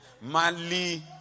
Mali